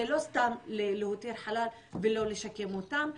זה לא סתם להותיר חלל ולא לשקם אותם.